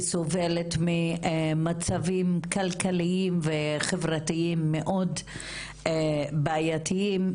ומצבים כלכליים וחברתיים מאוד בעיתיים.